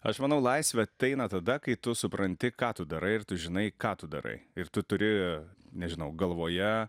aš manau laisvė ateina tada kai tu supranti ką tu darai ir tu žinai ką tu darai ir tu turi nežinau galvoje